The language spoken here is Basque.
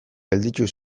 geratu